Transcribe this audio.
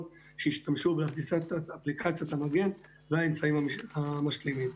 שישתמשו באפליקציית המגן והאמצעים המשלימים.